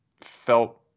felt